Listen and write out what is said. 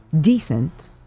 decent